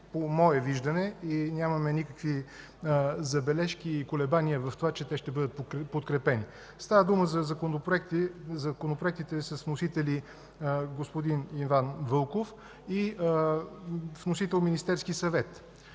по мое виждане, и нямаме никакви забележки и колебания в това, че ще бъдат подкрепени. Става дума за законопроектите с вносители господин Иван Вълков и вносител – Министерският съвет.